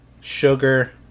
sugar